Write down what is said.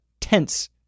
tense